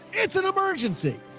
it's an emergency.